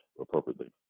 appropriately